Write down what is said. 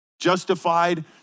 justified